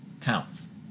counts